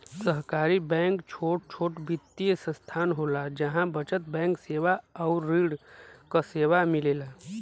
सहकारी बैंक छोट छोट वित्तीय संस्थान होला जहा बचत बैंक सेवा आउर ऋण क सेवा मिलेला